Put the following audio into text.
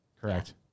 Correct